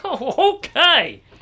Okay